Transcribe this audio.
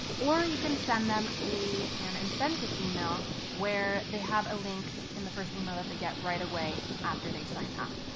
or you can send them an and incentive email where they have a link in the first email that they get right away after they sign up.